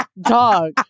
dog